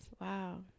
Wow